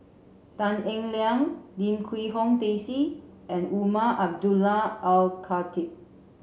Tan Eng Liang Lim Quee Hong Daisy and Umar Abdullah Al Khatib